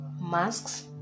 masks